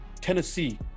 tennessee